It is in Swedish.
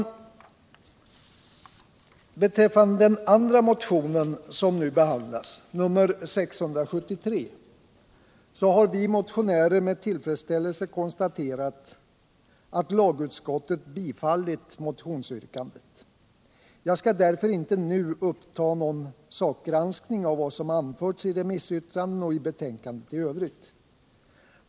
Beträffande den andra motion som nu behandlas, nr 673, har vi motionärer med tillfredsställelse konstaterat att lagutskottet tillstyrkt motionsyrkandet. Jag skall därför nu inte ta upp någon sakgranskning av vad som anförts i remissyttranden och i betänkandet i övrigt.